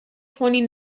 twenty